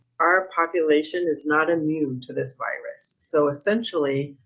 our population is not immune to this virus. so essentially,